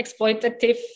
exploitative